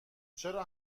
چرا